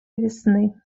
весны